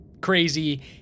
crazy